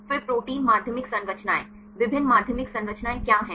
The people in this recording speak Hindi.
फिर प्रोटीन माध्यमिक संरचनाएं विभिन्न माध्यमिक संरचनाएं क्या हैं